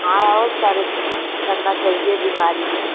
हाँ और परहेज़ करना चाहिए बीमारी में